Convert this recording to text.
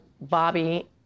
Bobby